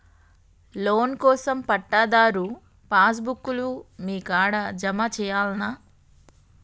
Loan కోసం పట్టాదారు passbook లు మీ కాడా జమ చేయల్నా?